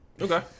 Okay